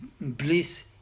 bliss